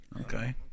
Okay